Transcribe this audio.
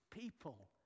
people